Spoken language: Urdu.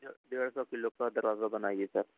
ڈیڑ ڈیڑھ سو کلو کا دروازہ بنائیے سر